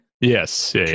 Yes